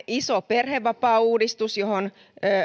iso perhevapaauudistus johon